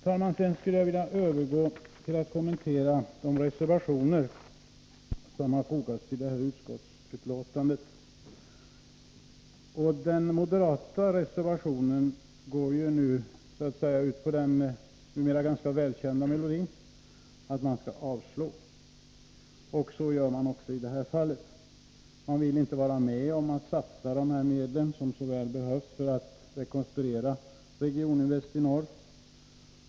Sedan skulle jag vilja övergå till att kommentera de reservationer som har fogats till detta utskottsbetänkande. Den moderata reservationen går ut på den numera ganska välkända melodin att man skall avslå. Så gör man också i det här fallet. Man vill inte vara med om att satsa de medel som så väl behövs för att rekonstruera Regioninvest i Norr.